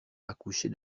accoucher